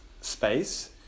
space